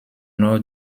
nord